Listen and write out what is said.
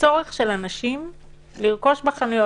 אפשר לומר שאנחנו לא נותנים בכלל.